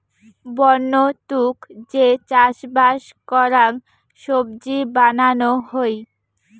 বন্য তুক যে চাষবাস করাং সবজি বানানো হই